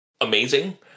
amazing